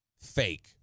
fake